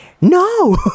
no